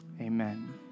amen